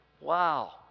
Wow